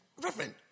Reverend